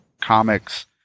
comics